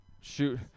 shoot